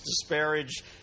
disparage